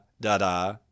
da-da